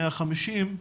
150,